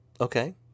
okay